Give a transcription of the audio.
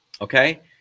okay